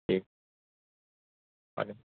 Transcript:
ٹھیک ہے وعلیکم السلام